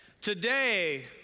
today